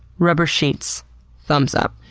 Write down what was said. rubber sheets thumbs up.